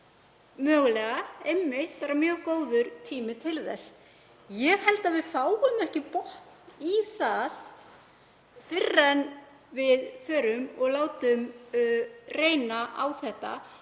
mögulega einmitt mjög góður tími til þess. Ég held að við fáum ekki botn í það fyrr en við förum og látum reyna á þetta.